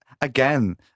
again